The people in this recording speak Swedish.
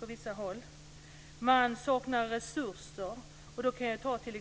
På vissa håll saknar man en stark ledning.